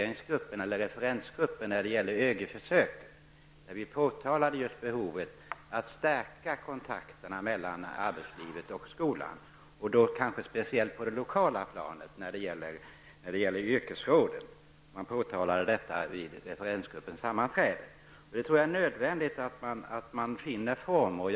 I referensgruppen för ÖGY-försöket har vi påtalat behovet av att stärka kontakterna mellan arbetslivet och skolan särskilt på det lokala planet när det gäller yrkesråden. Detta påtalades vid referensgruppens sammanträde. Jag tror att det är nödvändigt att man här finner en form.